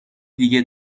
دیگه